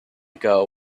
ago